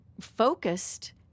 focused